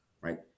Right